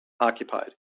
occupied